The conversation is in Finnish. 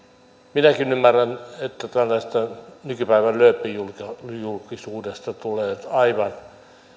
minäkin ymmärrän että tällaisesta nykypäivän lööppijulkisuudesta tulee